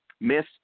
Miss